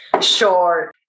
Sure